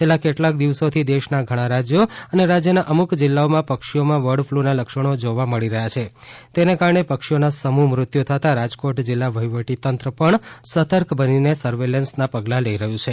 છેલ્લા કેટલાક દિવસોથી દેશના ઘણા રાજયો તથા રાજયના અમુક જિલ્લાઓમાં પક્ષીઓમાં બર્ડફલુના લક્ષણો જોવા મળી રહ્યા છે તેને કારણે પક્ષીઓના સમૂહ મૃત્યુ થતાં રાજકોટ જિલ્લા વહિવટી તંત્ર પણ સતર્ક બનીને સર્વેલન્સના પગલા લઇ રહ્યુ છે